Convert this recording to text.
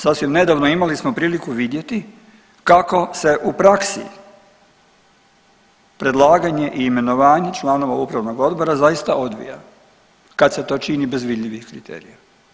Sasvim nedavno imali smo priliku vidjeti kako se u praksi predlaganje i imenovanje članova upravnog odbora zaista odbija kad se to čini bez vidljivih kriterija.